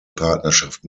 partnerschaft